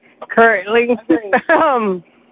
currently